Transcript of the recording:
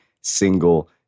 single